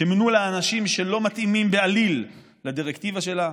ומינו לה אנשים שלא מתאימים בעליל לדירקטיבה שלה.